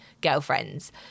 girlfriends